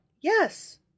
Yes